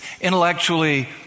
intellectually